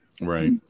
right